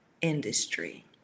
industry